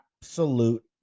absolute